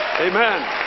Amen